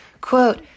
Quote